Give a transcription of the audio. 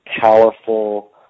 powerful